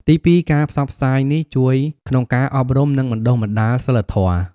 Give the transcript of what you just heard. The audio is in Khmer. ទីពីរ ការផ្សព្វផ្សាយនេះជួយក្នុងការអប់រំ និងបណ្ដុះបណ្ដាលសីលធម៌។